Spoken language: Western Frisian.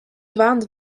dwaande